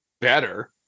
better